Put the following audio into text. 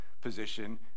position